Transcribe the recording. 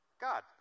God